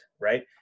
Right